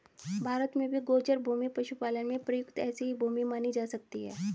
भारत में भी गोचर भूमि पशुपालन में प्रयुक्त ऐसी ही भूमि मानी जा सकती है